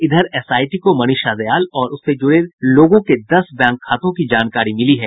इधर एसआईटी को मनीषा दयाल और उससे जुड़े लोगों के दस बैंक खातों की जानकारी मिली है